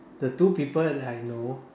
the two people that I know